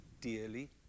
dearly